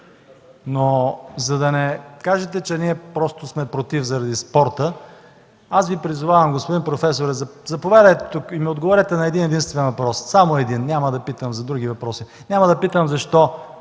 Но, за да не кажете, че ние просто сме „против” заради спорта, аз Ви призовавам, господин професоре, заповядайте тук и ми отговорете на един-единствен въпрос, само на един, няма да задавам други въпроси. Няма да питам защо